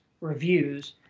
reviews